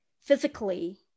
physically